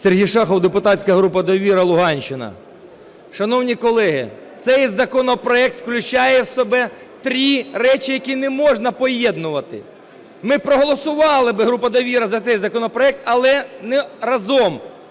Сергій Шахов, депутатська група "Довіра", Луганщина. Шановні колеги, цей законопроект включає в себе три речі, які не можна поєднувати. Ми проголосували би, група "Довіра", за цей законопроект, але не разом.